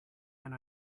and